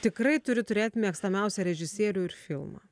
tikrai turi turėt mėgstamiausią režisierių ir filmą